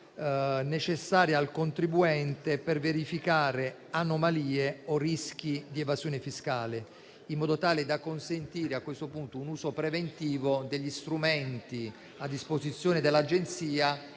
necessaria al contribuente per verificare anomalie o rischi di evasione fiscale, in modo tale da consentire un uso preventivo degli strumenti a disposizione dell'Agenzia,